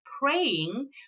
praying